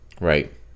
Right